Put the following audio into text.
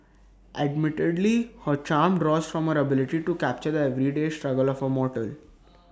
admittedly her charm draws from her ability to capture the everyday struggle of A mortal